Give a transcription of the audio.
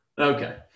okay